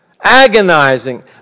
agonizing